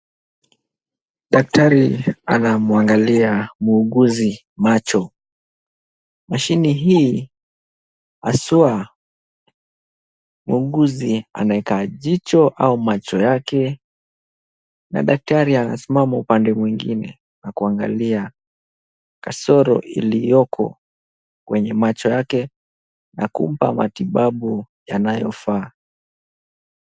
Daktari anamwangalia muuguzi macho. Mashine hii haswa muuguzi anaweka jicho au macho yake na daktari anasimama upande mwingine na kuangalia kasoro iliyoko kwenye macho yake na kumpa matibabu yanayofaa.